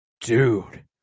Dude